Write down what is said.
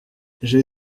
j’ai